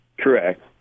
Correct